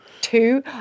two